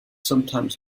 sometimes